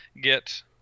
get